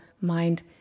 mind